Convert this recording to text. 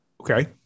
Okay